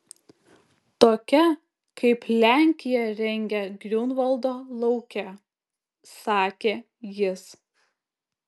tokia kaip lenkija rengia griunvaldo lauke sakė jis